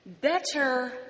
Better